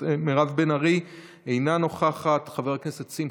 חברת הכנסת מירב בן ארי,